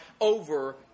over